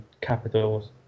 capitals